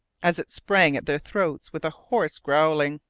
as it sprang at their throats with a hoarse growling.